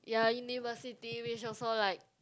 ya university which also like